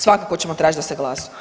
Svakako ćemo tražiti da se glasuje.